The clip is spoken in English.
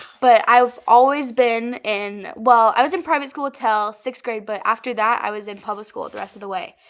but i've always been in. well, i was in private school til sixth grade, but after that i was in public school the rest of the way.